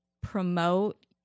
promote